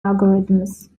algorithms